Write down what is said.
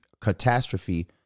catastrophe